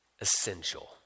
essential